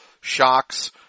shocks